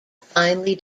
finally